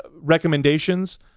recommendations